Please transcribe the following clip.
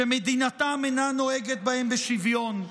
שמדינתם אינה נוהגת בהם בשוויון,